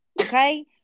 Okay